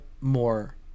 more